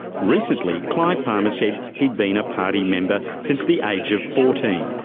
recently, clive palmer said he'd been a party member since the age of fourteen.